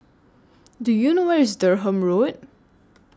Do YOU know Where IS Durham Road